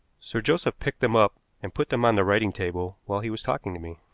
sir joseph picked them up and put them on the writing-table while he was talking to me.